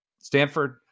Stanford